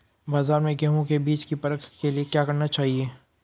बाज़ार में गेहूँ के बीज की परख के लिए क्या करना चाहिए?